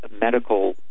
medical